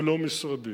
ולא משרדי.